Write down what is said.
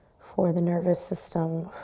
for the nervous system.